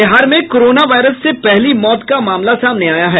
बिहार में corona virus से पहली मौत का मामला सामने आया है